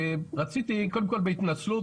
רציתי קודם כל בהתנצלות,